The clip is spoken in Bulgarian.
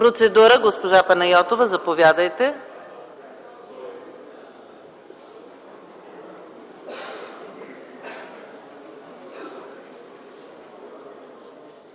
Процедура, госпожа Панайотова, заповядайте.